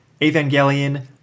Evangelion